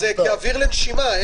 זה אוויר לנשימה.